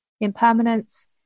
impermanence